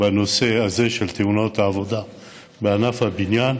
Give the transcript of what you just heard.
בנושא הזה של תאונות העבודה בענף הבנייה,